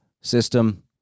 system